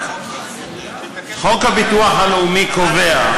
חוק הביטוח הלאומי קובע,